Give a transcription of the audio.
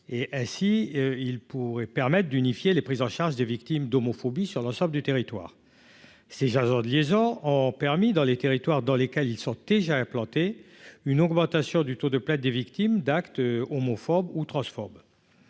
ainsi il pourrait permettre d'unifier les prises en charge des victimes d'homophobie sur l'ensemble du territoire c'est Jason de liaison permis dans les territoires dans lesquels ils sont déjà implantés, une augmentation du taux de plaintes des victimes d'acte homophobe ou transphobe